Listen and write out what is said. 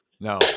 No